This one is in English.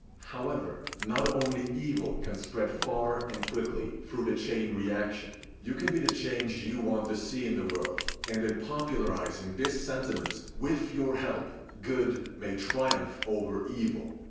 however, not only evil can spread far and quickly through the chain reaction. you can be the change you want to see in the world and in popularizing this sentiment with your help good may triumph over evil.